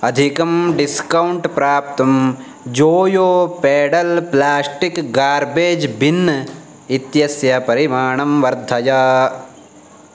अधिकं डिस्कौण्ट् प्राप्तुं जोयो पेडल् प्लास्टिक् गार्बेज् बिन् इत्यस्य परिमाणं वर्धय